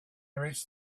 reached